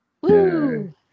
Woo